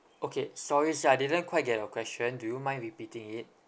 okay sorry sir I didn't quite get your question do you mind repeating it